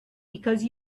because